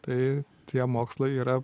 tai tie mokslai yra